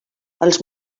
els